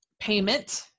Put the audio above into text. payment